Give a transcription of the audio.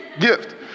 gift